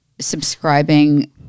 subscribing